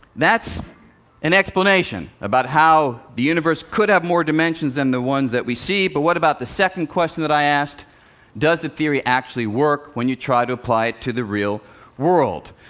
that's an explanation about how the universe could have more dimensions than the ones that we see. but what about the second question that i asked does the theory actually work when you try to apply it to the real world?